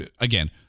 again